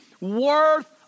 worth